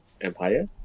Empire